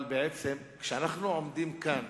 אבל כשאנחנו עומדים כאן